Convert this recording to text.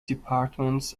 departments